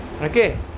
okay